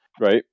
right